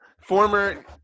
former